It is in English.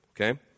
Okay